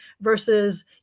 versus